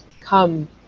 come